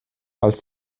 als